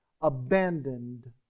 abandoned